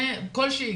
פגיעה כלשהי,